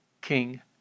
King